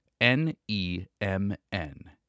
N-E-M-N